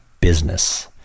business